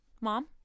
mom